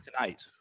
tonight